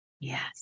Yes